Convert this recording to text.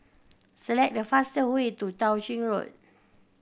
select the fastest way to Tao Ching Road